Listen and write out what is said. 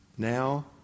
Now